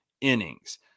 innings